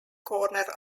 corner